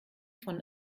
von